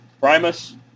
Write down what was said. Primus